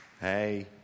Hey